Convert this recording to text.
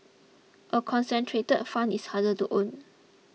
a concentrated fund is harder to own